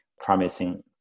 promising